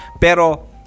Pero